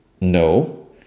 no